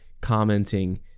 commenting